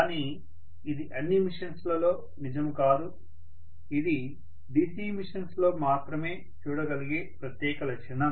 కానీ ఇది అన్ని మెషిన్స్ లలో నిజము కాదు ఇది DC మెషిన్స్ లో మాత్రమే చూడగలిగే ప్రత్యేక లక్షణం